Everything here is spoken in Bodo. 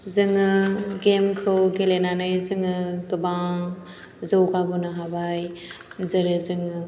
जोङो गेम खौ गेलेनानै जोङो गोबां जौगाबोनो हाबाय जेरै जोङो